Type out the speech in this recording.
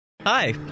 Hi